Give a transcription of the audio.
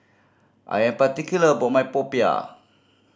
I am particular about my popiah